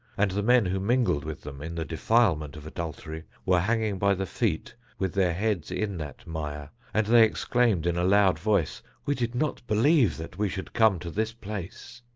and the men who mingled with them in the defilement of adultery, were hanging by the feet with their heads in that mire, and they exclaimed in a loud voice we did not believe that we should come to this place.